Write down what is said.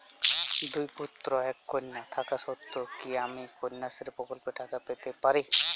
দুই পুত্র এক কন্যা থাকা সত্ত্বেও কি আমি কন্যাশ্রী প্রকল্পে টাকা পেতে পারি?